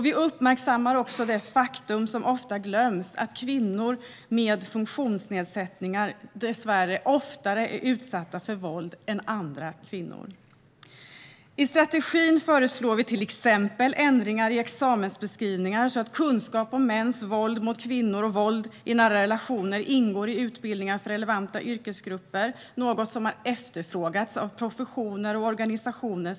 Vi uppmärksammar också det faktum som ofta glöms: att kvinnor med funktionsnedsättningar, dessvärre, oftare än andra kvinnor är utsatta för våld. I strategin föreslår vi till exempel ändringar i examensbeskrivningar, så att kunskap om mäns våld mot kvinnor och om våld i nära relationer ingår i utbildningar för relevanta yrkesgrupper. Detta är något som sedan länge har efterfrågats av professioner och organisationer.